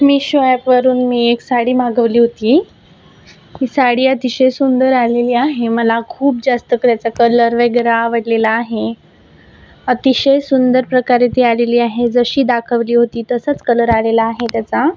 मिशो ॲपवरून मी एक साडी मागवली होती ती साडी अतिशय सुंदर आलेली आहे मला खूप जास्त त्याचा कलर वगैरे आवडलेला आहे अतिशय सुंदर प्रकारे ती आलेली आहे जशी दाखवली होती तसाच कलर आलेला आहे त्याचा